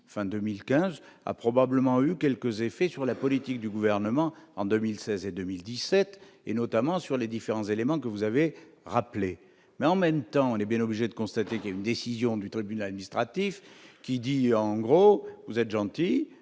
fin de 2015 a probablement eu quelque effet sur la politique du gouvernement en 2016 et en 2017, notamment sur les différents éléments que vous avez rappelés. Pour autant, nous sommes bien obligés de constater qu'une décision du tribunal administratif dit, en gros, que l'État